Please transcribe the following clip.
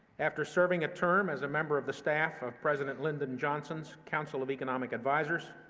after serving a term as a member of the staff of president lyndon johnson's council of economic advisers,